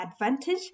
advantage